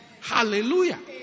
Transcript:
Hallelujah